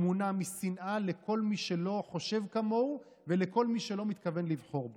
הוא מונע משנאה לכל מי שלא חושב כמוהו ולכל מי שלא מתכון לבחור בו.